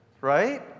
right